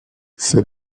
ses